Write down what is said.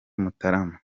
mutarama